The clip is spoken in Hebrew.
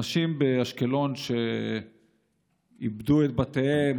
אנשים מאשקלון שאיבדו את בתיהם,